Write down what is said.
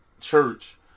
church